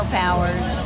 powers